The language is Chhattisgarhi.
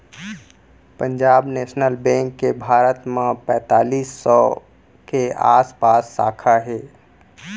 पंजाब नेसनल बेंक के भारत म पैतालीस सौ के आसपास साखा हे